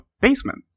basement